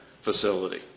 facility